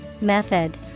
Method